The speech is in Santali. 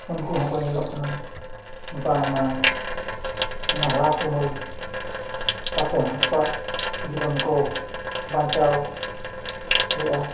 ᱩᱱᱠᱩ ᱦᱚᱸᱠᱚ ᱧᱮᱞᱚᱜ ᱠᱟᱱᱟ ᱵᱟᱝᱢᱟ ᱱᱟᱞᱦᱟ ᱛᱩᱢᱟᱹᱞ ᱠᱟᱛᱮ ᱦᱚᱸ ᱟᱠᱚᱣᱟᱜ ᱡᱤᱵᱚᱱ ᱠᱚ ᱵᱟᱧᱪᱟᱣ ᱦᱩᱭᱮᱜᱼᱟ